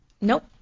Nope